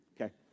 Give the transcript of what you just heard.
Okay